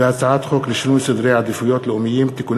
ובהצעת חוק לשינוי סדרי עדיפויות לאומיים (תיקוני